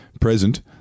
present